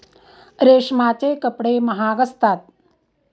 रेशमाचे कपडे महाग असतात